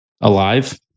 Alive